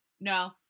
No